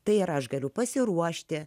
tai ir aš galiu pasiruošti